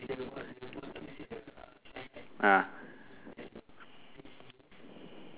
ah